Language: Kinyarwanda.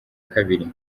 kabiri